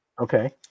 okay